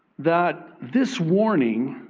that this warning